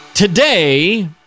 Today